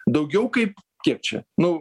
daugiau kaip kiek čia nu